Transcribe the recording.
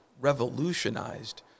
revolutionized